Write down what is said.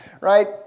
right